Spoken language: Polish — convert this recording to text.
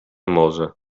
morze